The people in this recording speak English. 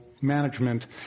management